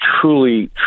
truly